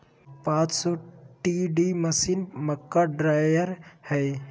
पांच सौ TD machine, मक्का ड्रायर हइ